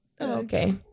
Okay